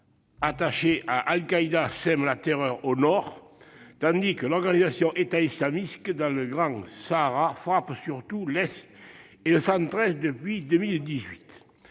attachés à Al-Qaïda sèment la terreur au nord, tandis que l'organisation État islamique, dans le Grand Sahara, frappe surtout l'est et le centre est depuis 2018.